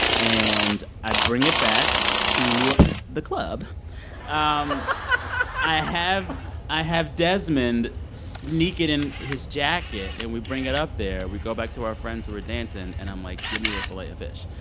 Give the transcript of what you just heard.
and i bring it back to the club ah i have i have desmond sneak it in his jacket, and we bring it up there. we go back to our friends, who were dancing. and i'm, like, give me the filet-o-fish.